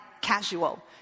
casual